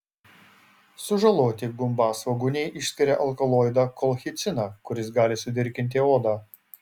sužaloti gumbasvogūniai išskiria alkaloidą kolchiciną kuris gali sudirginti odą